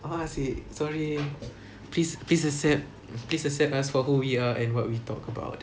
I want to say sorry please please accept please accept us for who we are and what we talk about